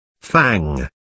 Fang